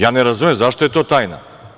Ja ne razumem, zašto je to tajna?